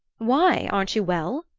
why aren't you well?